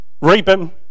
reaping